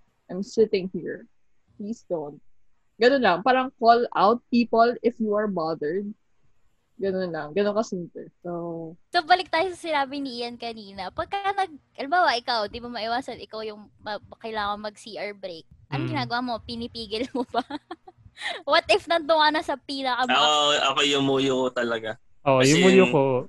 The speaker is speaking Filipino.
I'm sitting here. Please don't. Ganun lang. Parang call out people if you are bothered. Ganun lang. Ganun kasimple. So- So, balik tayo sa sinabi ni Ian kanina. Pagka nag- Halimbawa, ikaw, di mo maiwasan, ikaw yung ma- kailangan mag-CR break. Anong Mm. ginagawa mo? Pinipigil mo ba? What if nandun ka na sa pila ka- Ako- ako yung muyo ko talaga. Oo, Kasi- yung muyo ko.